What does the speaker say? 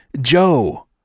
Joe